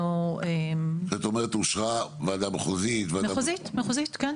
כשאת אומרת אושרה, ועדה מחוזית --- מחוזית, כן.